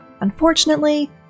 Unfortunately